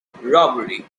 robbery